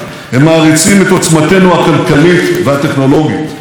אנחנו מטפחים בשיטתיות את שתי העוצמות הללו,